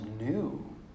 new